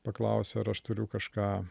paklausė ar aš turiu kažką